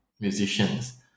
musicians